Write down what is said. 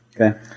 Okay